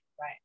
Right